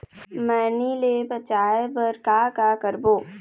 मैनी ले बचाए बर का का करबो?